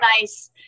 nice